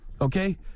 okay